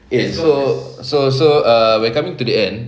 eh so so so err we're coming to the end